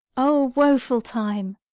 o woful time!